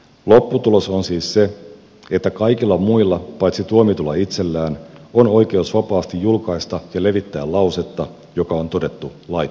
lopputulos on siis se että kaikilla muilla paitsi tuomitulla itsellään on oikeus vapaasti julkaista ja levittää lausetta joka on todettu laittomaksi